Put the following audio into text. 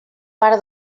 part